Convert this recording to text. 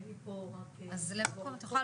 תודה.